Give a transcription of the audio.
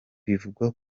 bivugwa